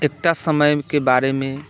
एकटा समयके बारेमे